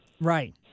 Right